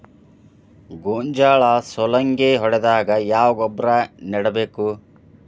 ಗೋಂಜಾಳ ಸುಲಂಗೇ ಹೊಡೆದಾಗ ಯಾವ ಗೊಬ್ಬರ ನೇಡಬೇಕು?